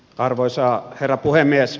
arvoisa herra puhemies